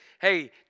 hey